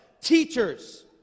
teachers